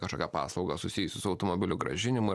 kažkokią paslaugą susijusią su automobilių grąžinimu